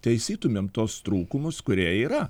taisytumėm tuos trūkumus kurie yra